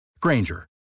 Granger